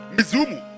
Mizumu